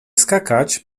skakać